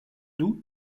doux